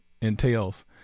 entails